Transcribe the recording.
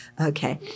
Okay